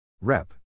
Rep